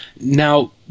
Now